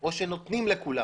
או נותנים לכולם.